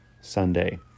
Sunday